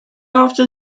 after